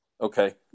Okay